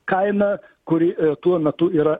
kainą kuri tuo metu yra